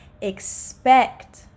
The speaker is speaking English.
Expect